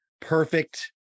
perfect